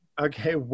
Okay